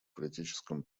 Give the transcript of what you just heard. политическом